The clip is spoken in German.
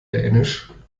dänisch